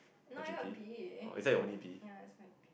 no I got B it's my ya it's my